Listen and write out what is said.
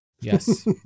yes